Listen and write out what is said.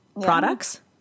products